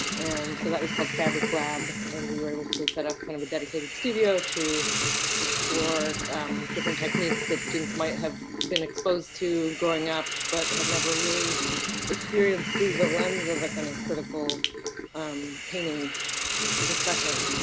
and so that was called fabric lab and we were able to set up kind of a dedicated studio to explore different techniques that students might have been exposed to growing up but had never really experienced through the lens of a kind of critical um painting discussion.